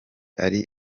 ari